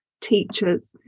teachers